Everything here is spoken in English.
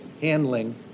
handling